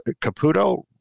Caputo